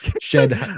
shed